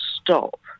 stop